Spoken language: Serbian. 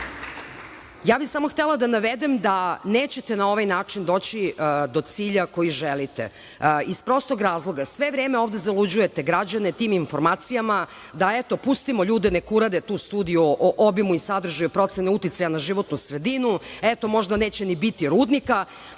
bih samo htela da navedem da nećete na ovaj način doći do cilja koji želite iz prostog razloga - sve vreme ovde zaluđujete građane tim informacijama da eto pustimo ljudi neka urade tu studiju o obimu i sadržaju procene uticaja na životnu sredinu, eto možda neće ni biti rudnika. Molim